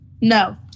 No